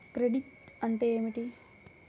Credit అంటే ఏమిటి?